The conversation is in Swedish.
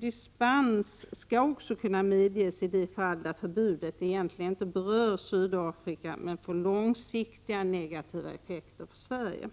Dispens skall också kunna medges i det fall där förbudet egentligen inte berör Sydafrika, men får långsiktiga negativa effekter i Sverige.